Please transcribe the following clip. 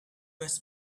was